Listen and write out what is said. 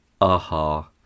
Aha